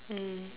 mm